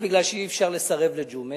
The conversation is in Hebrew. כי אי-אפשר לסרב לג'ומס,